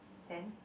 sand